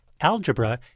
algebra